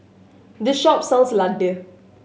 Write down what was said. this shop sells laddu